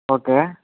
okay